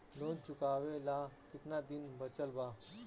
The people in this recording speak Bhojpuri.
लोन चुकावे ला कितना दिन बचल बा?